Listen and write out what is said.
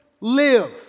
live